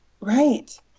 right